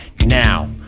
now